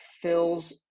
fills